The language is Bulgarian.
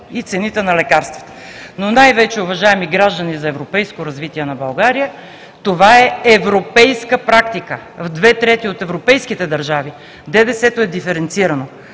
и цените на лекарствата. Но най-вече, уважаеми граждани за европейско развитие на България, това е европейска практика. В две трети от европейските държави ДДС-то е диференцирано,